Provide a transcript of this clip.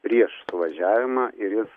prieš suvažiavimą ir jis